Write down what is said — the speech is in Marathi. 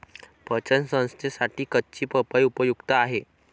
पचन संस्थेसाठी कच्ची पपई उपयुक्त आहे